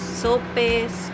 sopes